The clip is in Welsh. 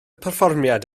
perfformiad